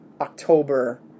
October